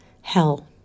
Hell